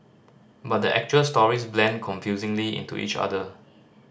but the actual stories blend confusingly into each other